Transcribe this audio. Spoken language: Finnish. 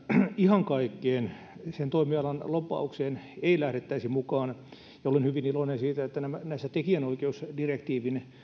ihan kaikkeen sen toimialan lobbaukseen ei lähdettäisi mukaan ja olen hyvin iloinen siitä että näissä tekijänoikeusdirektiivin